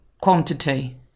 quantity